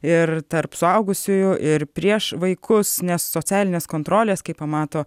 ir tarp suaugusiųjų ir prieš vaikus nes socialinės kontrolės kai pamato